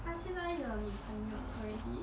他现在有女朋友 already